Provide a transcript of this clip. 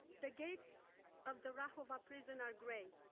the gates of the rahova prison are grey,